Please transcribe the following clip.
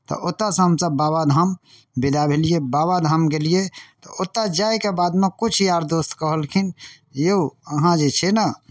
तऽ ओतयसँ हमसभ बाबाधाम विदा भेलियै बाबाधाम गेलियै तऽ ओतय जाए कऽ बादमे किछु यार दोस्त कहलखिन यौ अहाँ जे छै ने